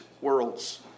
worlds